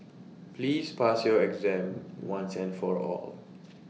please pass your exam once and for all